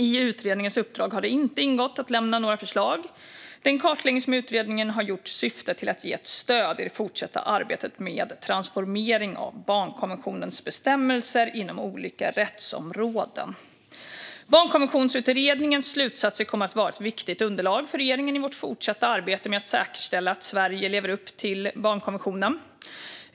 I utredningens uppdrag har det inte ingått att lämna några förslag. Den kartläggning som utredningen har gjort syftar till att ge ett stöd i det fortsatta arbetet med transformering av barnkonventionens bestämmelser inom olika rättsområden. Barnkonventionsutredningens slutsatser kommer att vara ett viktigt underlag för regeringen i vårt fortsatta arbete med att säkerställa att Sverige lever upp till barnkonventionen.